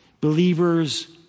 Believers